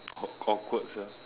awk~ awkward sia